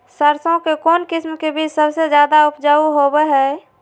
सरसों के कौन किस्म के बीच सबसे ज्यादा उपजाऊ होबो हय?